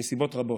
מסיבות רבות,